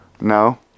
no